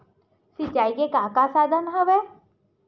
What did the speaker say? सिंचाई के का का साधन हवय?